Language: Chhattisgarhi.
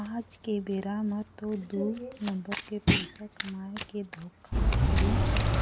आज के बेरा म तो दू नंबर के पइसा कमाए के धोखाघड़ी